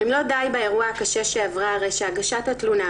אם לא די באירוע הקשה שעברה הרי שהגשת התלונה,